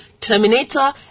Terminator